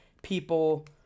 people